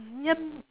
yup